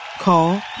Call